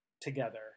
together